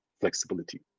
flexibility